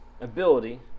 ability